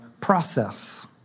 process